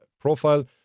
profile